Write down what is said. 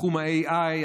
בתחום ה-AI,